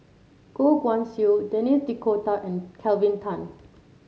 Goh Guan Siew Denis D'Cotta and Kelvin Tan